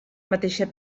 mateixa